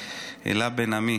אלה בן עמי,